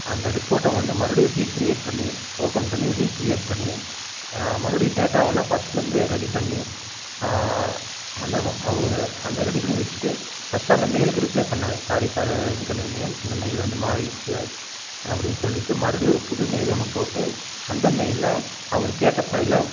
அந்த ரிப்போர்ட்டை வந்து மறுபடியும் ரீக்கிரியேட் பண்ணி ஓப்பன் பண்ணி ரீக்கிரியேட் பண்ணி மறுபடியும் டேட்டாவெல்லாம் ஃபர்ஸ்ட்லேந்து ரெடி பண்ணி அந்த அவர் அதை ரெடி பண்ணி வச்சிட்டு ஃபர்ஸ்ட்டு அந்த மெய்லுக்கு ரிப்ளே பண்ணேன் சாரி ஃபார் த இன்கன்வீனியன்ஸ் இந்த மெயில் வந்து மாறிடுச்சு அப்படின்னு சொல்லிவிட்டு மறுடியும் ஒரு புது மெயில் ஒன்று போட்டு அந்த மெய்லில் அவர் கேட்ட ஃபைபில்